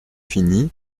finie